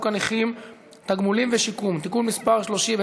הנכים (תגמולים ושיקום) (תיקון מס' 30),